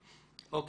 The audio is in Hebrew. אוקי.